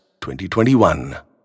2021